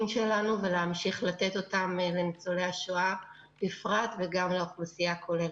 שלנו ולהמשיך לתת אותם לניצולי השואה בפרט וגם לאוכלוסייה הכוללת.